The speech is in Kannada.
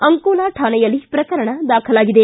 ಅಂಕೋಲಾ ಕಾಣೆಯಲ್ಲಿ ಪ್ರಕರಣ ದಾಖಲಾಗಿದೆ